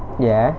ya